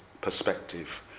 perspective